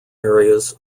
areas